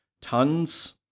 tons